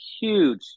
huge